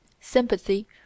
Sympathy